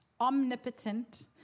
omnipotent